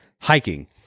hiking